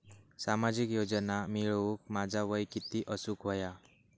सामाजिक योजना मिळवूक माझा वय किती असूक व्हया?